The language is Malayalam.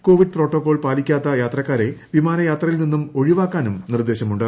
കോവിഡ് പ്രോട്ടോകോൾ പാലിക്കാത്ത യാത്രക്കാരെ വിമാനയാത്രയിൽ നിന്ന് ഒഴിവാക്കാനും നിർദ്ദേശമുണ്ട്